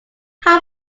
how